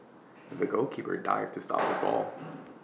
the goalkeeper dived to stop the ball